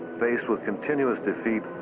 faced with continuous defeat,